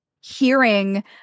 hearing